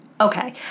Okay